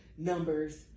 Numbers